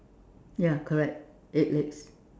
ya correct eight legs